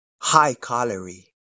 high-calorie